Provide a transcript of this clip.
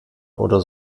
oder